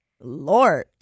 Lord